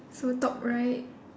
so top right